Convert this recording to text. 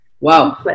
Wow